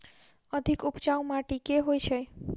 अधिक उपजाउ माटि केँ होइ छै?